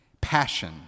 passion